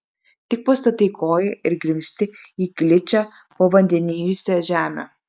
tik pastatai koją ir grimzti į gličią pavandenijusią žemę